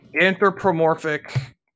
anthropomorphic